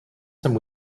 some